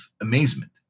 amazement